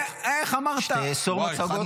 אני, איך אמרת --- שתאסור מצגות?